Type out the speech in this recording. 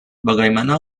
bagaimana